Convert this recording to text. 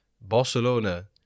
Barcelona